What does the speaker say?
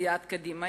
סיעת קדימה,